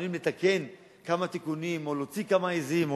לתקן כמה תיקונים או להוציא כמה עזים,